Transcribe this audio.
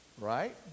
right